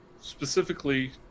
Specifically